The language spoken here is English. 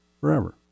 forever